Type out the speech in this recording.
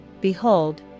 behold